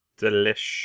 Delish